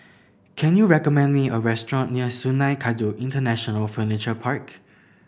can you recommend me a restaurant near Sungei Kadut International Furniture Park